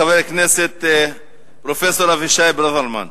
חבר הכנסת פרופסור אבישי ברוורמן.